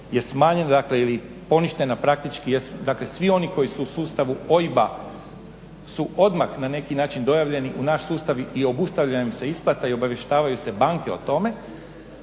je smanjena ili poništena praktički jel svi oni koji su u sustavu OIB-a su odmah na neki način dojavljeni u naš sustav i obustavlja im se isplata i obavještavaju se banke o tome.